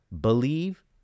believe